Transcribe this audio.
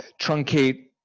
truncate